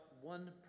one